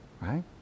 Right